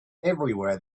everywhere